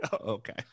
Okay